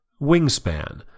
Wingspan